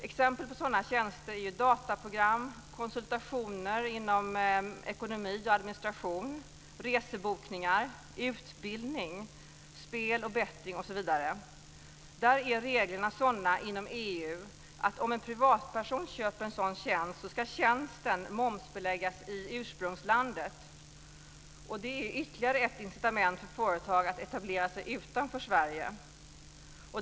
Exempel på sådana tjänster är dataprogram, konsultationer inom ekonomi och administration, resebokningar, utbildning, spel och betting osv. Där är reglerna sådana inom EU att om en privatperson köper en sådan tjänst ska tjänsten momsbeläggas i ursprungslandet. Det är ytterligare ett incitament för företagare att etablera sig utanför Sverige.